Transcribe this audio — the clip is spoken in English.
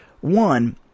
one